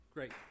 Great